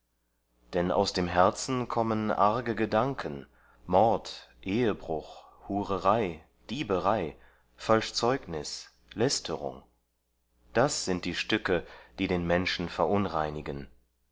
denn aus dem herzen kommen arge gedanken mord ehebruch hurerei dieberei falsch zeugnis lästerung das sind stücke die den menschen verunreinigen